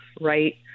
right